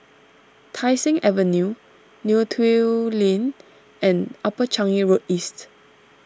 Tai Seng Avenue Neo Tiew Lane and Upper Changi Road East